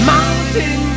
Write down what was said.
Mountain